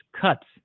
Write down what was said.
cuts